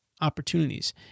opportunities